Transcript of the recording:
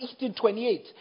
1828